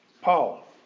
Paul